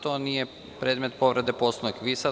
To nije predmet povrede Poslovnika.